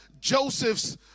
Joseph's